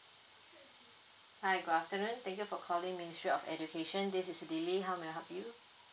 hi good afternoon thank you for calling ministry of education this is lily how may I help you